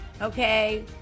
okay